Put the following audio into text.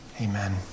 amen